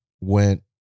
went